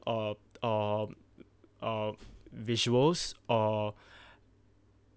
um um uh visuals uh